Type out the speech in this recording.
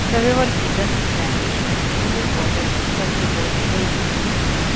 savivaldybė nusprendė šventiniu laikotarpiu čia apriboti eismą